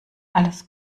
alles